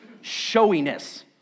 showiness